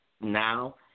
now